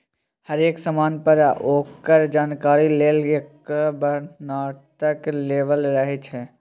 हरेक समान पर ओकर जानकारी लेल एकटा वर्णनात्मक लेबल रहैत छै